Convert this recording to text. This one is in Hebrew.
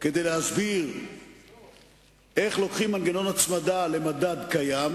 כדי להסביר איך לוקחים מנגנון הצמדה למדד קיים,